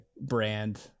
brand